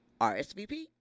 RSVP